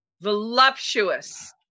voluptuous